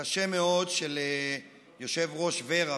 קשה מאוד של יושב-ראש ור"ה,